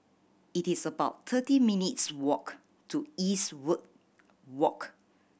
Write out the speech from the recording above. it is about thirty minutes' walk to Eastwood Walk